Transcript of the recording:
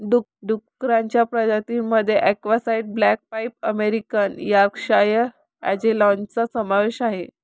डुक्करांच्या प्रजातीं मध्ये अक्साई ब्लॅक पाईड अमेरिकन यॉर्कशायर अँजेलॉनचा समावेश आहे